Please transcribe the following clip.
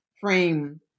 frame